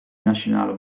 nationale